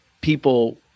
people